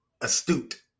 astute